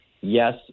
Yes